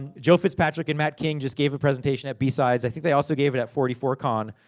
and joe fitzpatrick and matt king just gave a presentation at bsides. i think they also gave it at forty four con,